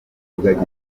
rugagi